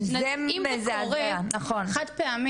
זה מזעזע נכון.